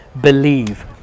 believe